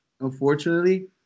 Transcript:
unfortunately